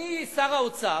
אדוני שר האוצר,